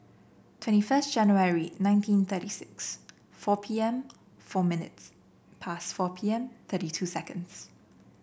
twenty first January nineteen thirty six four P M four minutes pass four P M thirty two seconds